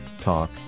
Talk